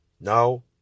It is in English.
Now